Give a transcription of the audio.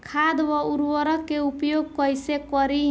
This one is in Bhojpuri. खाद व उर्वरक के उपयोग कइसे करी?